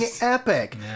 epic